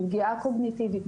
מפגיעה קוגניטיבית,